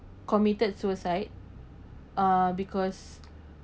committed suicide uh because